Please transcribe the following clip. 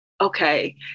Okay